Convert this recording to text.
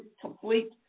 complete